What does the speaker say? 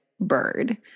Bird